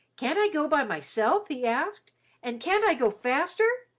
can't i go by myself? he asked and can't i go faster?